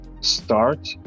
start